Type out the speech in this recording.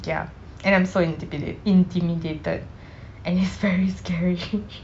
ya and I'm so intimidated intimidated and it's very scary